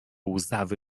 łzawy